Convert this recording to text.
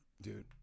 dude